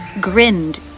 grinned